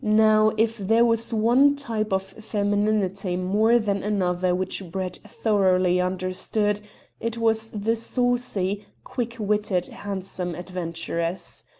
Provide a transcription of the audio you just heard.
now, if there was one type of femininity more than another which brett thoroughly understood it was the saucy, quick-witted, handsome adventuress.